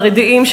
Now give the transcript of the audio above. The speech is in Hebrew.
חרדיים,